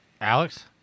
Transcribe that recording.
Alex